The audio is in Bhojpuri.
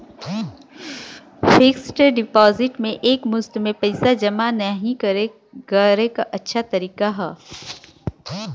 फिक्स्ड डिपाजिट में एक मुश्त में पइसा जमा नाहीं करे क अच्छा तरीका हौ